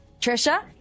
Trisha